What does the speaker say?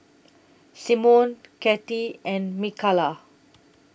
Symone Katy and Mikalah